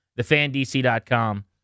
TheFanDC.com